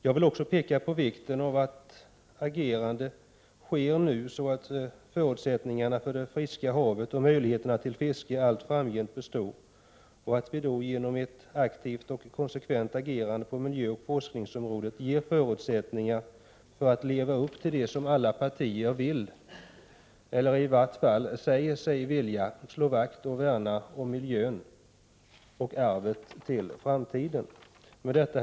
Jag vill också peka på vikten av att ett agerande sker nu så att förutsättningarna för det friska havet och möjligheterna till fiske allt framgent består, och att vi genom ett aktivt och konsekvent agerande på miljöoch forskningsområdet skapar förutsättningar för att leva upp till det som alla partier vill — eller i vart fall säger sig vilja — nämligen slå vakt och värna om miljön och om arvet till framtiden. Herr talman!